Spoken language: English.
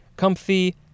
Comfy